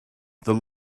the